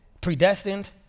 predestined